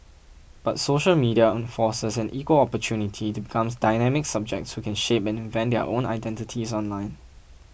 but social media enforces an equal opportunity to becomes dynamic subjects who can shape and invent their own identities online